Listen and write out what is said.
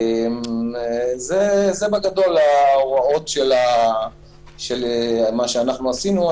זה בגדול ההוראות של מה שאנחנו עשינו.